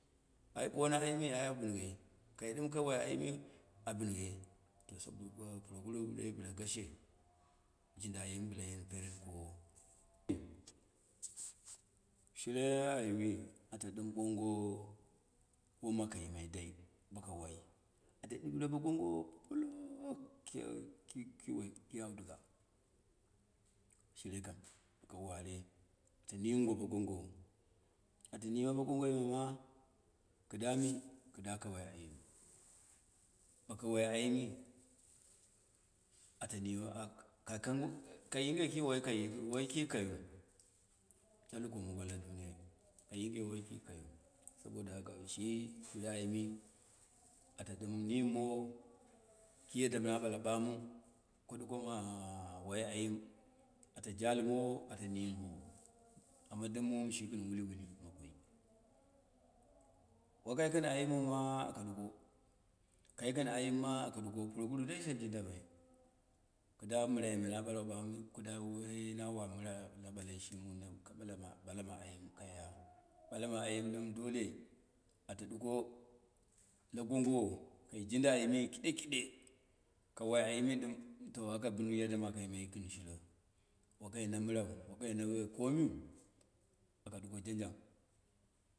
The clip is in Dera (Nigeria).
Ai boma ayimi ai binye, kai ɗim ka wai ayimi, abinye to sabo puroguru bɨla ye bɨla gashe jinda ayim bɨla yen perer kowo, shire ayimi at ɗɨm bongo wom aka yimai dai, bakawai, at ɗiure bo gongowo polo ki wai ki auduga, shire kam baka ware ataonimgo bo gongono, ato nime bo gongome ma, kɨda mi, kɨda ka wai ayim, baka wai ayimi, ata nime, ak kai kang kai yinge wai ki kayiu, la dukomongo la duniya me, kai yinge wai ki kayinu, saboda haka, shi shire ayimi ata ɗɨm nimmowo ki yaddam na ɓa ɓala banu ko ɗuko ma wai ayim, ata jalimono at nimmowo, ana dɨm mu mu shigɨn mati wihi bokoi, ba kai gɨn ayimuna aka ɗuko kai kɨn ayimma aka duko, pwoguru dai she jnuda mai, kɨda mɨraime na ɓalwa ɓanu kɨda woi na wa mɨra la balai shimu, ka ɓalama ayim kaiya, ɓalama ayim dole, ata ɗuko la gongowo kai jinda ayimi kiɗe kiɗe, kawai gimi ɗɨm to aka bin yadda mɨ aka yimai kɨn shireu, wakai na mɨrau, wakai na komi aka ɗuko janjang.